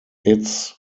its